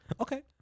Okay